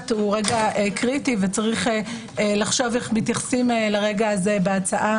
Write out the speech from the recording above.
הוא רגע קריטי ויש לחשוב איך מתייחסים אליו בהצעה.